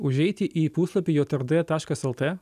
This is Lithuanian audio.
užeiti į puslapį jot er d taškas el t